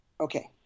okay